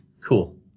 Cool